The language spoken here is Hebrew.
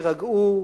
תירגעו,